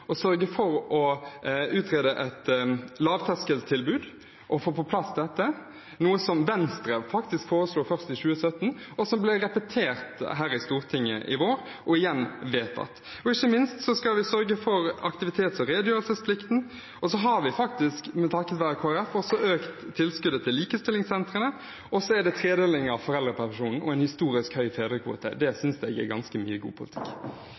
å sørge for å utrede et lavterskeltilbud og få det på plass, noe som Venstre faktisk foreslo først i 2017, og som ble repetert her i Stortinget i vår og igjen vedtatt. Ikke minst skal vi sørge for aktivitets- og redegjørelsesplikten, og så har vi, takket være Kristelig Folkeparti, økt tilskuddet til likestillingssentrene, og så er det en tredeling av foreldrepermisjonen og en historisk høy fedrekvote. Det synes jeg er ganske mye god politikk.